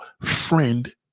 friend